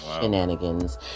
shenanigans